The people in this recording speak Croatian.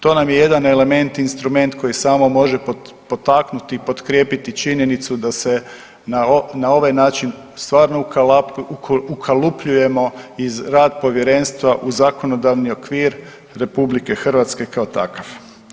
To nam j e jedan element, instrument koji samo može potaknuti i potkrijepiti činjenicu da se na ovaj način stvarno ukalupljujemo rad Povjerenstva u zakonodavni okvir Republike Hrvatske kao takav.